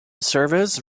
service